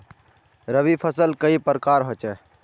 रवि फसल कई प्रकार होचे?